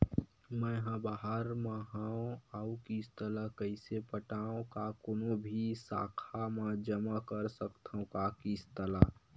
मैं हा बाहिर मा हाव आऊ किस्त ला कइसे पटावव, का कोनो भी शाखा मा जमा कर सकथव का किस्त ला?